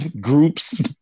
groups